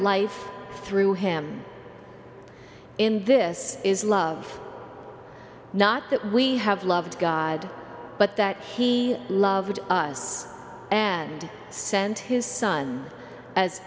life through him in this is love not that we have loved god but that he loved us and sent his son as